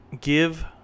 give